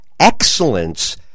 excellence